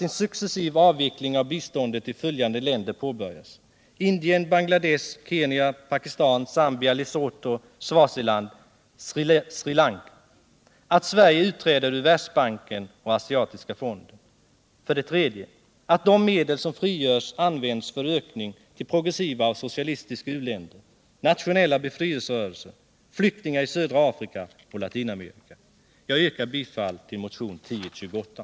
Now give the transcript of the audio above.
En successiv avveckling av biståndet till följande länder påbörjas: Indien, Bangladesh, Kenya, Pakistan, Zambia, Lesotho, Swaziland och Sri Lanka. Sverige utträder ur Världsbanken och Asiatiska utvecklingsbanken. 3. De medel som frigörs används för ökning av biståndet till progressiva och socialistiska u-länder, nationella befrielserörelser samt flyktingar i södra Afrika och Latinamerika. Jag yrkar bifall till yrkande 3 och 4 i motionen 1028.